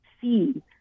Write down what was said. see